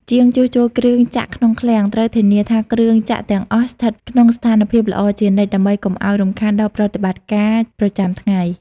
ជាងជួសជុលគ្រឿងចក្រក្នុងឃ្លាំង ត្រូវធានាថាគ្រឿងចក្រទាំងអស់ស្ថិតក្នុងស្ថានភាពល្អជានិច្ច ដើម្បីកុំឱ្យរំខានដល់ប្រតិបត្តិការប្រចាំថ្ងៃ។